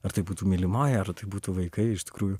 ar tai būtų mylimoji ar tai būtų vaikai iš tikrųjų